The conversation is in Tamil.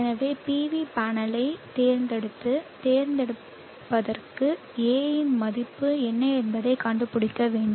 எனவே PV பேனலைத் தேர்ந்தெடுத்து தேர்ந்தெடுப்பதற்கு A இன் மதிப்பு என்ன என்பதைக் கண்டுபிடிக்க வேண்டும்